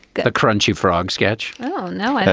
the crunchy frog sketch. oh, no